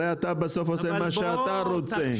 הרי אתה בסוף עושה מה שאתה רוצה.